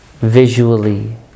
Visually